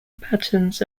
patterns